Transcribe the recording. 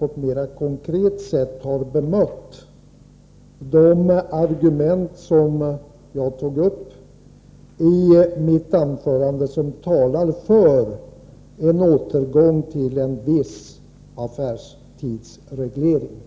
på ett mer konkret sätt har bemött de argument som jag tog upp i mitt anförande och som talar för en återgång till en viss affärstidsreglering.